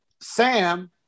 Sam